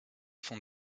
font